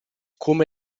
come